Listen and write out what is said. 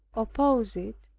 opposed it,